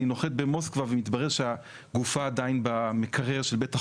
אני נוחת במוסקבה ומתברר שהגופה עדיין במקרר של בית החולים,